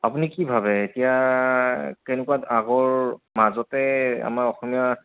আপুনি কি ভাবে এতিয়া কেনেকুৱা আগৰ মাজতে আমাৰ অসমীয়া